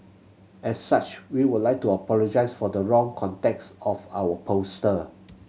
as such we would like to apologise for the wrong context of our poster